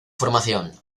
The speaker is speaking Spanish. formación